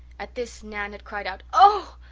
at this nan had cried out oh!